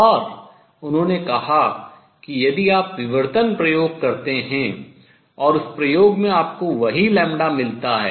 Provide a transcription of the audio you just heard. और उन्होंने कहा कि यदि आप विवर्तन प्रयोग करते हैं और उस प्रयोग में आपको वही λ मिलता है